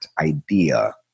idea